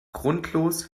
grundlos